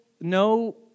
no